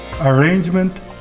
arrangement